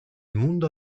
mundo